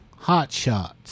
hotshots